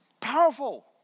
Powerful